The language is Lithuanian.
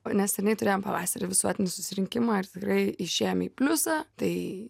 neseniai turėjom pavasarį visuotinį susirinkimą ir tikrai išėjome į pliusą tai